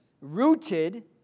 Rooted